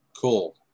Cool